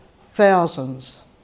Thousands